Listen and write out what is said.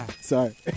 Sorry